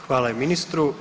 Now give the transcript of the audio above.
Hvala ministru.